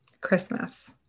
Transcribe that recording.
Christmas